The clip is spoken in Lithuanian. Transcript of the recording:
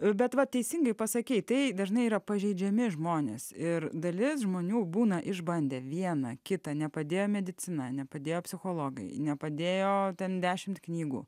bet va teisingai pasakei tai dažnai yra pažeidžiami žmonės ir dalis žmonių būna išbandę vieną kitą nepadėjo medicina nepadėjo psichologai nepadėjo ten dešimt knygų